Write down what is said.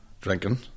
drinking